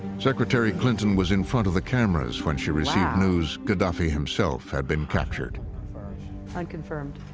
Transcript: secretary clinton was in front of the cameras when she received news gaddafi himself had been captured. it's unconfirmed.